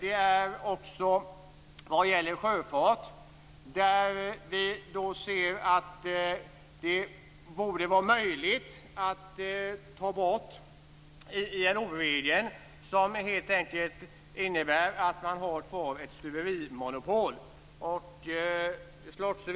Ett annat exempel gäller sjöfarten. Det borde vara möjligt att ta bort ILO-regeln, som helt enkelt innebär att stuverimonopolet är kvar.